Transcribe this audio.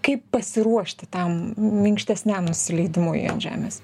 kaip pasiruošti tam minkštesniam nusileidimui ant žemės